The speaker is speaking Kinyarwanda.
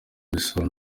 imisoro